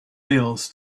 meals